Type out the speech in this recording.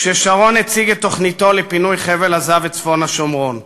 כששרון הציג את תוכניתו לפינוי חבל-עזה וצפון-השומרון.